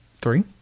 Three